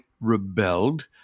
rebelled